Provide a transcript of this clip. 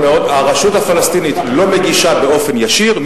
הרשות הפלסטינית לא מגישה באופן ישיר.